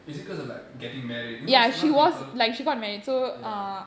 is it cause of like getting married you know a lot of people ya